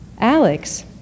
Alex